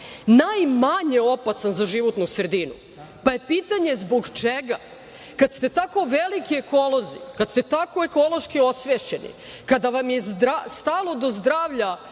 najmanje opasan za životnu sredinu. Pa, je pitanje zbog čega kada ste tako veliki ekolozi, kada ste tako ekološki osvešćeni, kada vam je stalo do zdravlja